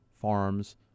farms